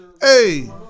Hey